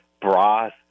broth